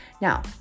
Now